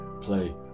play